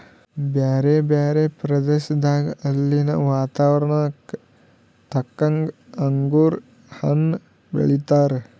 ಬ್ಯಾರೆ ಬ್ಯಾರೆ ಪ್ರದೇಶದಾಗ ಅಲ್ಲಿನ್ ವಾತಾವರಣಕ್ಕ ತಕ್ಕಂಗ್ ಅಂಗುರ್ ಹಣ್ಣ್ ಬೆಳೀತಾರ್